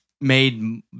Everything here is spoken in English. made